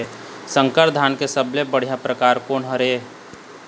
संकर धान के सबले बढ़िया परकार कोन हर ये?